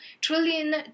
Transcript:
trillion